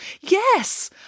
Yes